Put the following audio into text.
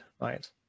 right